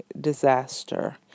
disaster